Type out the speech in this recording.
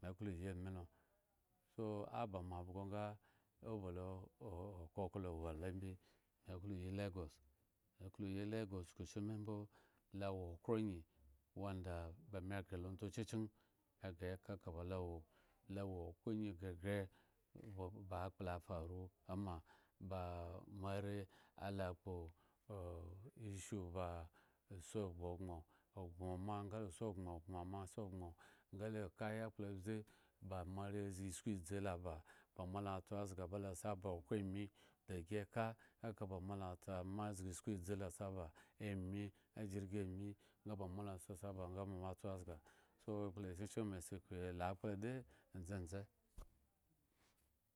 Me klo yi amilo so aba mabhgo nga oba lo okoklo wo alo mbi me klo yi lagos me lagos chukushimi mbo lo awo okhro angyi wanda ba me ghre lo untsu chuken me ghre yi ka ba lo wo, lo wo okhro angyi gaghre uba ba akpla faru amma ba amore ala kpo o ishu ba osi gbo gboŋ, ogboŋ ama nga osi ogboŋ, ogboŋ ama si ogboŋ nga le ka yakpla abze ba moare zgi sku idzi la ba, ba mo la tso zga ba la okhro ami da gi ka eka ba mo la tso ama zgi usku udzi la si aba agirgi ami nga ba mola tso si aba nga ba mola tso si azga so ekpla chuken se klo la akpla de ndzendze.